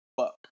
fuck